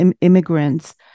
immigrants